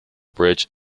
bridge